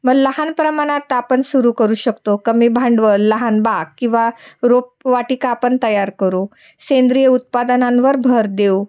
मग लहान प्रमाणात आपण सुरू करू शकतो कमी भांडवल लहान बाग किंवा रोप वाटिका आपण तयार करू सेंद्रिय उत्पादनांवर भर देऊ